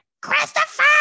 christopher